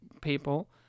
people